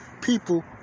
People